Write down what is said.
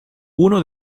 uno